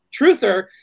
truther